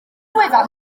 wefan